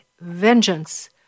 vengeance